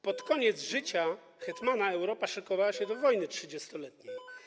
Pod koniec życia hetmana Europa szykowała się do wojny trzydziestoletniej.